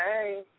hey